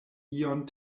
ion